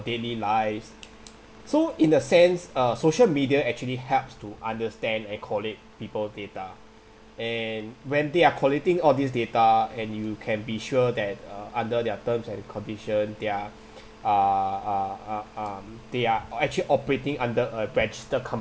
daily lives so in a sense uh social media actually helps to understand and collate people data and when they are collating all these data and you can be sure that uh under their terms and condition there are uh uh uh um they are actually operating under a registered com~